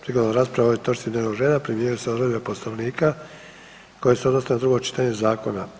Prigodom rasprave o ovoj točci dnevnog reda primjenjuju se odredbe Poslovnika koje se odnose na drugo čitanje zakona.